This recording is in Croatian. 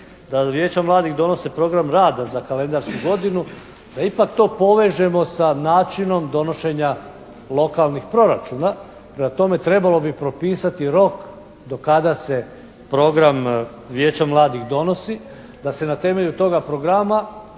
da Vijeća mladih donose program rada za kalendarsku godinu, da ipak to povežemo sa načinom donošenja lokalnih proračuna. Prema tome trebalo bi propisati rok do kada se program Vijeća mladih donosi da se na temelju toga programa